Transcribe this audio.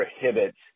prohibits